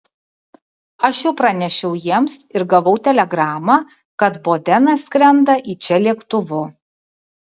aš jau pranešiau jiems ir gavau telegramą kad bodenas skrenda į čia lėktuvu